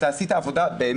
אתה באמת עשית עבודה טובה,